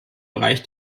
bereich